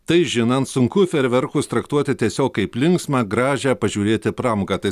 tai žinant sunku fejerverkus traktuoti tiesiog kaip linksmą gražią pažiūrėti pramogą tai